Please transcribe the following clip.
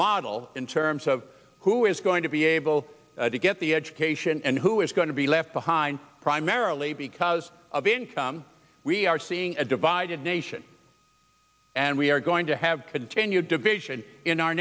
model in terms of who is going to be able to get the education and who is going to be left behind primarily because of income we are seeing a divided nation and we are going to have continued division in our